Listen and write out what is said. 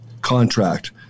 contract